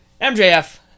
MJF